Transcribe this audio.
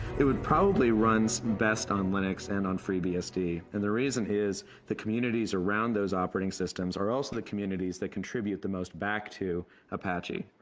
it would probably runs best on linux and on freebsd and the reason is the communities around those operating systems are also the communities that contribute the most back to apache,